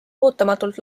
ootamatult